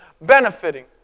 benefiting